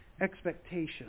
expectation